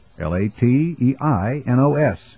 L-A-T-E-I-N-O-S